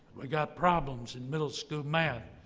we've got problems in middle school math.